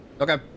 Okay